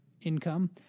income